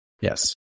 Yes